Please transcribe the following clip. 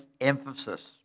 emphasis